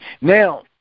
Now